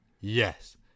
Yes